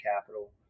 capital